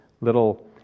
little